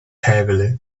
heavily